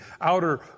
outer